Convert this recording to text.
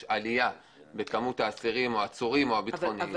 פתאום עלייה במספר האסירים או העצורים או הביטחוניים,